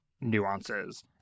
nuances